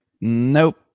nope